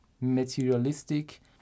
materialistic